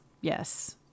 yes